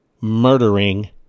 murdering